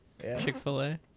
Chick-fil-A